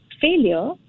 failure